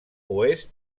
oest